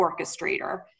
orchestrator